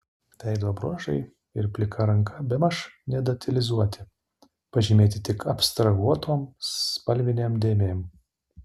veido bruožai ir plika ranka bemaž nedetalizuoti pažymėti tik abstrahuotom spalvinėm dėmėm